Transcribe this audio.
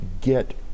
get